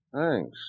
Thanks